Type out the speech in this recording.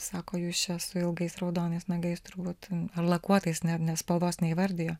sako jūs čia su ilgais raudonais nagais turbūt ar lakuotais ne ne spalvos neįvardijo